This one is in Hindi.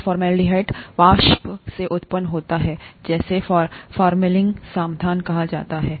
और फॉर्मेल्डीहाइड वाष्प से उत्पन्न होता है जिसे फॉर्मेलिन समाधान कहा जाता है